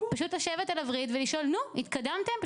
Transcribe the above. פשוט לשבת על הווריד ולשאול אם יש התקדמות,